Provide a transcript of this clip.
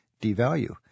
devalue